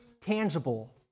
tangible